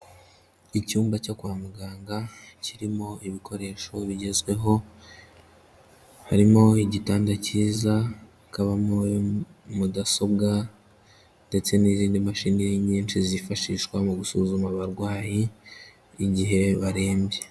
Icyumba cyo kwa muganga kirimo ibikoresho bigezweho, harimo igitanda cyiza hakabamo mudasobwa ndetse n'izindi mashini nyinshi zifashishwa mu gusuzuma abarwayi igihe barembye.